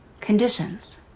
Conditions